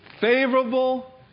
favorable